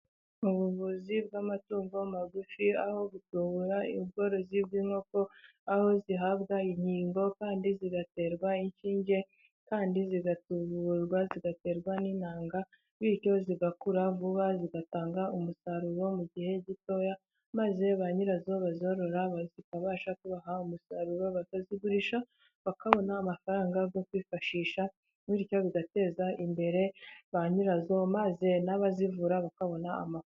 Mu buvuzi bw'amatungo magufi, aho gutubura ubworozi bw'inkoko, aho zihabwa inkingo, kandi zigaterwa inshinge, kandi zigatuburwa, zigaterwa n'intanga, bityo zigakura vuba, zigatanga umusaruro mu gihe gito, maze ba nyirazo bazorora zikabasha kubaha umusaruro, bakazigurisha bakabona amafaranga yo kwifashisha, bityo bigateza imbere ba nyirazo, maze n'abazivura bakabona amafaranga.